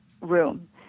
room